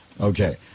Okay